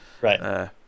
Right